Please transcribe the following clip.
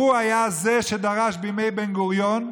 הוא היה זה שדרש את זה בימי בן-גוריון,